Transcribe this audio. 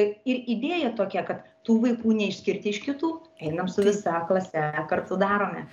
ir idėja tokia kad tų vaikų neišskirti iš kitų einam su visa klase kartu darome